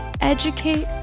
Educate